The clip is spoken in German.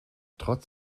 trotz